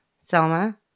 Selma